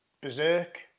berserk